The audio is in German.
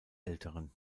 älteren